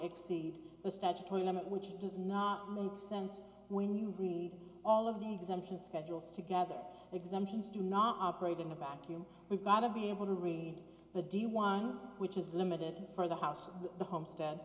exceed the statutory limit which does not make sense when you read all of the exemptions schedules together exemptions do not operate in a vacuum we've got to be able to read the deal one which is limited for the house and the homestead